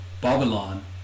Babylon